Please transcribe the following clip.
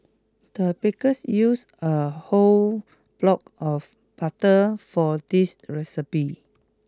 the bakers use a whole block of butter for this recipe